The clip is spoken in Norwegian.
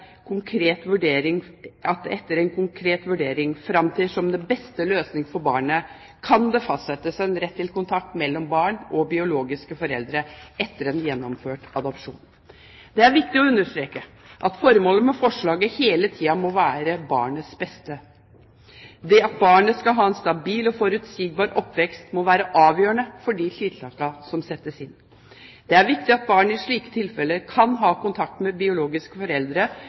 etter en konkret vurdering framtrer som den beste løsningen for barnet, kan det fastsettes en rett til kontakt mellom barn og biologiske foreldre etter en gjennomført adopsjon. Det er viktig å understreke at formålet med forslaget hele tiden må være barnets beste. Det at barnet skal ha en stabil og forutsigbar oppvekst, må være avgjørende for de tiltakene som settes inn. Det er viktig at barn i slike tilfeller kan ha kontakt med biologiske foreldre